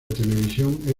televisión